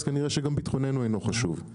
אז כנראה שגם ביטחוננו איננו חשוב.